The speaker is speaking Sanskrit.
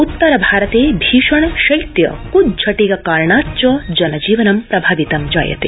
उत्तर भारते भीषण शैत्य क्ज्झटिका कारणाच्च जनजीवनं प्रभावितं जायते